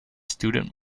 student